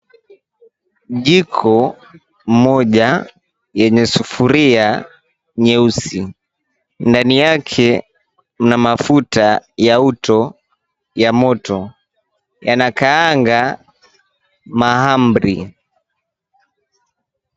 Jiko, moja , yenye sufuria nyeusi , ndani yake, mna mafuta ya uto, ya moto yanakaanga mahamri.